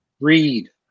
read